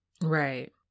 right